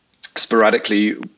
sporadically